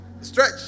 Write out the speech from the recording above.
Stretch